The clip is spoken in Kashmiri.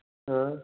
اۭں